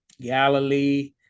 Galilee